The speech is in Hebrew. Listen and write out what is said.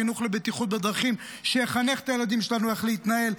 חינוך לבטיחות בדרכים שיחנך את הילדים שלנו איך להתנהל,